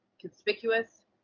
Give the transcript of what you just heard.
conspicuous